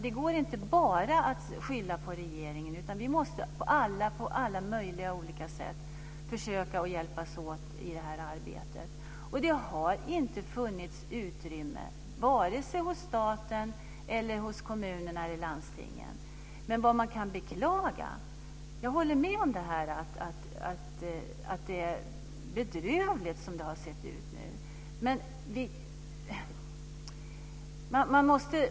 Det går inte att bara skylla på regeringen, utan vi måste samtliga på alla möjliga sätt försöka hjälpas åt i det här arbetet. Det har inte funnits utrymme vare sig hos staten eller hos kommunerna och landstingen. Jag håller med om att det är bedrövligt som det nu har varit.